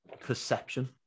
perception